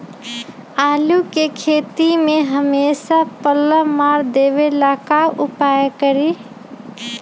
आलू के खेती में हमेसा पल्ला मार देवे ला का उपाय करी?